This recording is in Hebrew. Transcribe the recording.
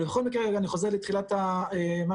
אבל בכל מקרה אם אני חוזר לתחילת מה שאמרתי,